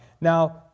Now